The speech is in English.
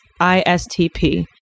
ISTP